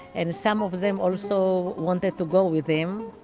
and some of of them also wanted to go with him